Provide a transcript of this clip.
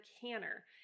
canner